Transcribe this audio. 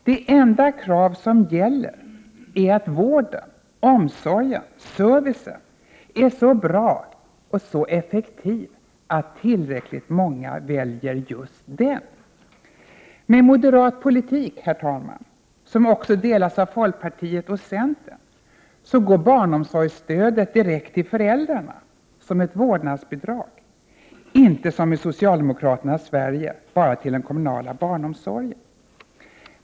Det enda krav som gäller är att vården, omsorgen, servicen är så bra och så effektiv att tillräckligt många väljer just den. Med moderat politik, herr talman, som också delas av folkpartiet och centern, går barnomsorgsstödet direkt till föräldrarna som ett vårdnadsbidrag, inte som i socialdemokraternas Sverige bara till den kommunala barnomsorgen.